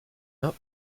not